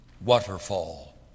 waterfall